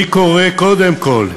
אני קורא, קודם כול,